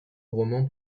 roman